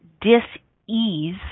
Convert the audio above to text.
dis-ease